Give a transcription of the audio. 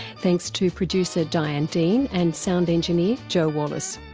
thanks to producer diane dean and sound engineer joe wallace.